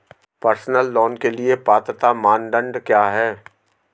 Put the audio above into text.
Personal loan के लिए पात्रता मानदंड क्या हैं?